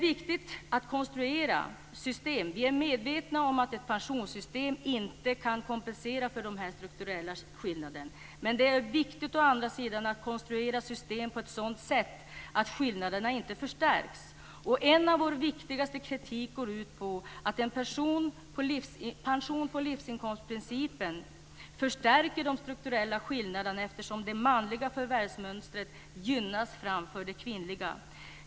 Vi är medvetna om att ett pensionssystem inte kan kompensera för dessa strukturella skillnader. Men det är å andra sidan viktigt att konstruera system på ett sådant sätt att skillnaderna inte förstärks. En av vår viktigaste kritik går ut på att en pension på livsinkomstprincipen förstärker de strukturella skillnaderna, eftersom det manliga förvärvsmönstret gynnas framför det kvinnliga.